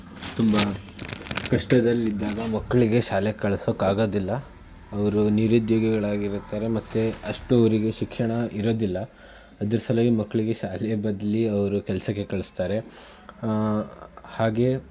ತುಂಬ ಕಷ್ಟದಲ್ಲಿದ್ದಾಗ ಮಕ್ಕಳಿಗೆ ಶಾಲೆಗೆ ಕಳ್ಸೋಕ್ಕೆ ಆಗೋದಿಲ್ಲ ಅವರು ನಿರುದ್ಯೋಗಿಗಳಾಗಿರುತ್ತಾರೆ ಮತ್ತು ಅಷ್ಟು ಅವರಿಗೆ ಶಿಕ್ಷಣ ಇರೋದಿಲ್ಲ ಅದ್ರ ಸಲುವಾಗಿ ಮಕ್ಳಿಗೆ ಶಾಲೆ ಬದ್ಲು ಅವರು ಕೆಲ್ಸಕ್ಕೆ ಕಳಿಸ್ತಾರೆ ಹಾಗೇ